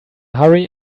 hurry